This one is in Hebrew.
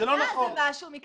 זה משהו מקצועי.